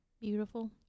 Beautiful